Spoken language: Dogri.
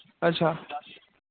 अच्छा